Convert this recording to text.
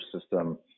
system